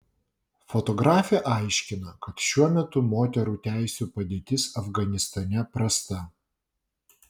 fotografė aiškina kad šiuo metu moterų teisių padėtis afganistane prasta